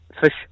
Fish